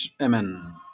amen